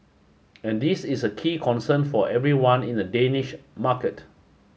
and this is a key concern for everyone in the Danish market